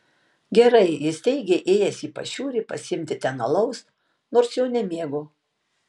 gerai jis teigė ėjęs į pašiūrę pasiimti ten alaus nors jo nemėgo